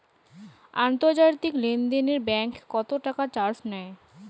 আন্তর্জাতিক লেনদেনে ব্যাংক কত টাকা চার্জ নেয়?